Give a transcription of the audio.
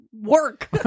work